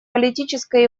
политической